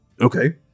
Okay